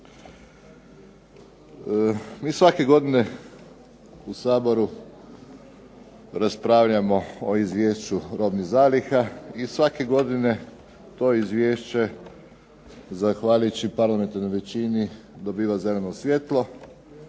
Mi svake godine u Saboru raspravljamo o Izvješću robnih zaliha i svake godine to izvješće zahvaljujući parlamentarnoj većini dobiva zeleno svjetlo